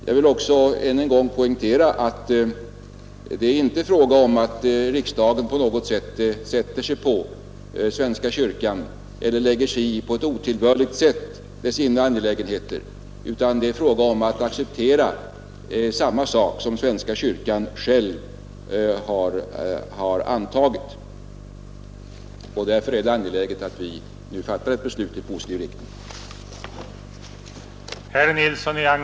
Jag vill också än en gång poängtera att det inte är fråga om att riksdagen på något sätt sätter sig över svenska kyrkan eller lägger sig i på ett otillbörligt sätt dess inre angelägenheter, utan det är fråga om att acceptera samma lag som svenska kyrkan själv har antagit. Därför är det angeläget att vi nu fattar ett beslut i positiv riktning.